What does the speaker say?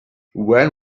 when